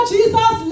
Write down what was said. Jesus